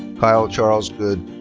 kyle charles goode.